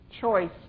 choice